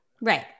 right